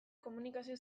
komunikazio